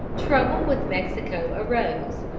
trouble with mexico arose,